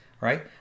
right